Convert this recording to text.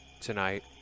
tonight